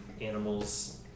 animals